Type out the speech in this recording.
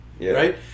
right